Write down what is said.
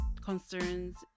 concerns